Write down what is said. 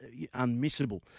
unmissable